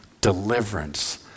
deliverance